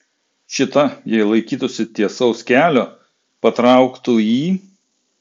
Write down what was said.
šita jei laikytųsi tiesaus kelio patrauktų į